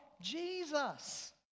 Jesus